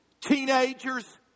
teenagers